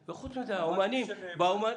האומנים.